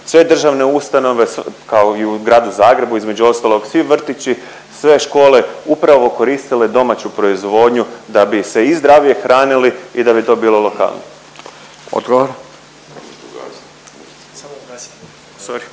sve državne ustanove, kao i u gradu Zagrebu, između ostalog, svi vrtići, sve škole upravo koristile domaću proizvodnju da bi se i zdravije hranili i da bi to bilo lokalnije.